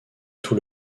tout